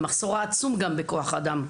המחסור העצום בכוח אדם,